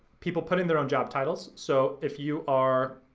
people putting their own job titles. so if you are,